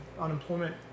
unemployment